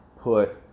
put